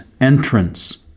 entrance